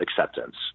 acceptance